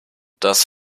das